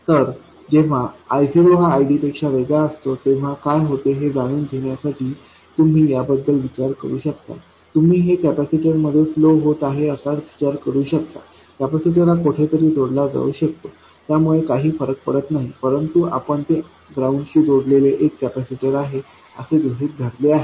तर जेव्हा I0 हा ID पेक्षा वेगळा असतो तेव्हा काय होते हे जाणून घेण्यासाठी तुम्ही याबद्दल विचार करू शकता तुम्ही हे कॅपेसिटरमध्ये फ्लो होत आहे असा विचार करू शकता कॅपेसिटर हा कोठेही जोडला जाऊ शकतो त्यामुळे काही फरक पडत नाही परंतु आपण ते ग्राउंड शी जोडलेले एक कॅपेसिटर आहे असे गृहीत धरले आहे